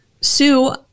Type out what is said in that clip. Sue